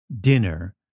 dinner